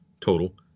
total